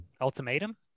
Ultimatum